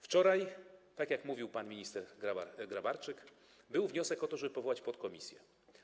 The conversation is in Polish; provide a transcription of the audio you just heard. Wczoraj, tak jak mówił pan minister Grabarczyk, złożono wniosek o to, żeby powołać podkomisję.